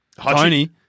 Tony